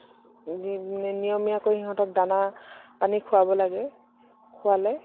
নিয়মীয়াকৈ সিহঁতক দানা পানী খোৱাব লাগে খোৱালে